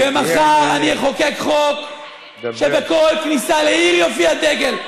ומחר אני אחוקק חוק שבכל כניסה לעיר יופיע דגל,